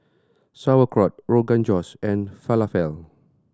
Sauerkraut Rogan Josh and Falafel